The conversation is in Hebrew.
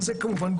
וכמובן,